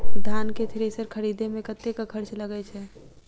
धान केँ थ्रेसर खरीदे मे कतेक खर्च लगय छैय?